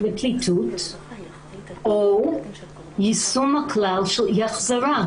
בקשה לפליטות או יישום הכלל של אי החזרה.